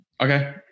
Okay